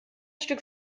stück